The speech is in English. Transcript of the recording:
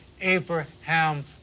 Abraham